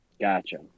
Gotcha